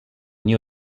new